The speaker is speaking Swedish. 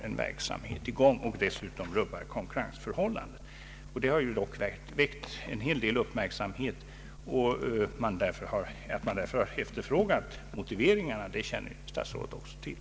Här gällde det ett företag som redan hade verksamheten i gång. Det har väckt en hel del uppmärksamhet, och att man efterlyst motiveringarna känner även statsrådet till.